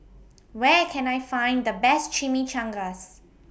Where Can I Find The Best Chimichangas